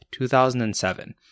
2007